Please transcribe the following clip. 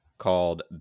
called